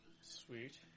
Sweet